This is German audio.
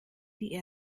die